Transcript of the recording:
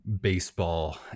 baseball